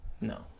No